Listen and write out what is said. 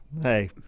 Hey